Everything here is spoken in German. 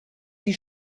die